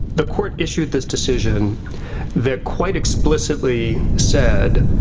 the court issued this decision that quite explicitly said,